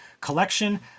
collection